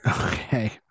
Okay